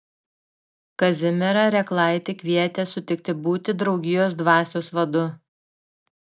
kazimierą rėklaitį kvietė sutikti būti draugijos dvasios vadu